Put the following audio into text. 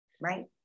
Right